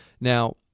Now